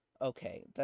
okay